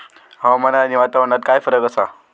हवामान आणि वातावरणात काय फरक असा?